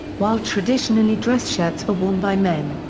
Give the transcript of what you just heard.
while traditionally dress shirts were worn by men,